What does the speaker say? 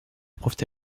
profita